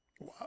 Wow